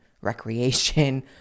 recreation